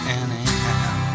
anyhow